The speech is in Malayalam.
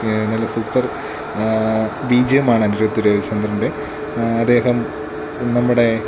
നല്ല സൂപ്പർ ബി ജി എം ആണ് അനിരുദ്ധ് രവിചന്ദറിൻ്റെ അദ്ദേഹം നമ്മുടെ